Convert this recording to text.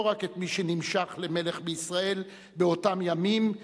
לא רק את מי שנמשח למלך בישראל באותם ימים,